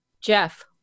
Jeff